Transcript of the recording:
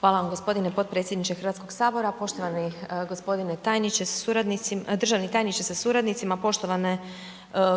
Hvala vam g. potpredsjedniče Hrvatskog sabora, poštovani g. državni tajniče sa suradnicima, poštovane